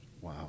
Wow